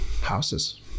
houses